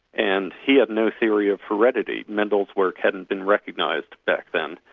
and he had no theory of heredity. mendel's work hadn't been recognised back then,